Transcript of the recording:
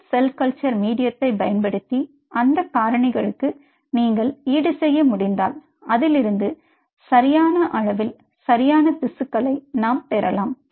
உங்கள் cell culture மீடியத்தை பயன்படுத்தி அந்த காரணிகளுக்கு நீங்கள் ஈடுசெய்ய முடிந்தால் அதிலிருந்து சரியான அளவில்சரியான திசுக்களை நாம் பெறலாம்